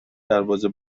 دروازه